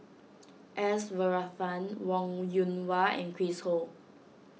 S Varathan Wong Yoon Wah and Chris Ho